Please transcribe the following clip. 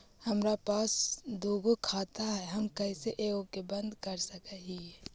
हमरा पास दु गो खाता हैं, हम कैसे एगो के बंद कर सक हिय?